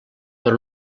per